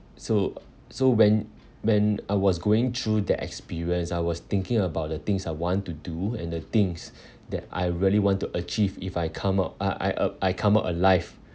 so so when when I was going through that experience I was thinking about the things I want to do and the things that I really want to achieve if I come out uh I uh I come out alive